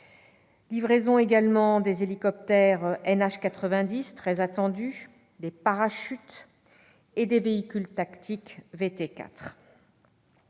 dans 14 régiments, des hélicoptères NH90, très attendus, des parachutes et des véhicules tactiques VT4.